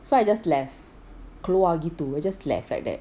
so I just left keluar gitu I just left like that